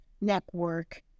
Network